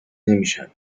نمیشن